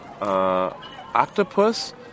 octopus